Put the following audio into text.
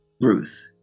Ruth